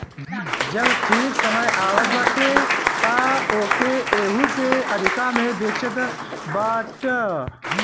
जब ठीक समय आवत बाटे तअ तू ओके एहू से अधिका में बेचत बाटअ